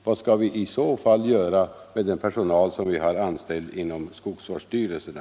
Vad skall vi i så fall göra med den personal som vi har anställd inom skogsvårdsstyrelserna?